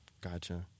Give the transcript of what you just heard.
Gotcha